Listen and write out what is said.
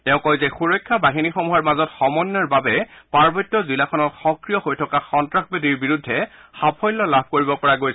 তেওঁ কয় যে সুৰক্ষা বাহিনীসমূহৰ মাজত সমন্বয়ৰ বাবে পাৰ্বত্য জিলাখনত সক্ৰিয় হৈ থকা সন্ত্ৰাসবাদীৰ বিৰুদ্ধে সাফল্য লাভ কৰিব পৰা গৈছে